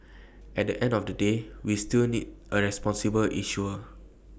at the end of the day we still need A responsible issuer